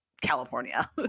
california